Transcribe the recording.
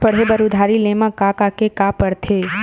पढ़े बर उधारी ले मा का का के का पढ़ते?